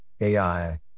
AI